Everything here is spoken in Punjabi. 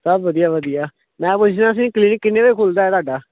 ਸਭ ਵਧੀਆ ਵਧੀਆ ਮੈਂ ਪੁੱਛਣਾ ਸੀ ਕਲੀਨਿਕ ਕਿੰਨੇ ਵਜੇ ਖੁਲ੍ਹਦਾ ਹੈ ਤੁਹਾਡਾ